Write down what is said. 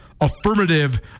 affirmative